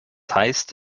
heißt